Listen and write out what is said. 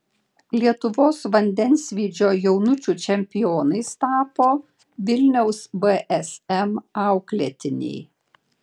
lietuvos vandensvydžio jaunučių čempionais tapo vilniaus vsm auklėtiniai